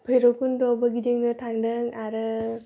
बैरब खुन्द'आवबो गिदिंनो थांदों आरो